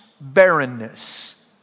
barrenness